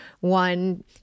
one